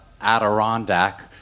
Adirondack